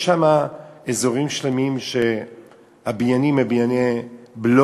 יש שם אזורים שלמים שהבניינים שם הם בנייני בלוק